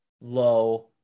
low